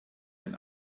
den